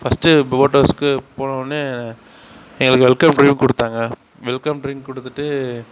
first boat ஹவுஸ்க்கு போனவொடனே எங்களுக்கு வெல்கம் டிரிங்க் கொடுத்தாங்க வெல்கம் டிரிங்க் கொடுத்துட்டு